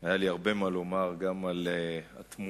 היה לי הרבה מה לומר גם על התמונה